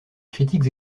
critiques